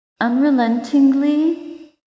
unrelentingly